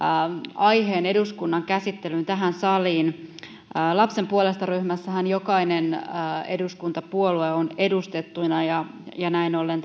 aiheen eduskunnan käsittelyyn tähän saliin lapsen puolesta ryhmässähän jokainen eduskuntapuolue on edustettuna ja ja näin ollen